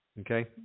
Okay